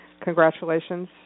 congratulations